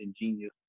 ingenious